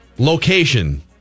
Location